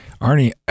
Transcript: Arnie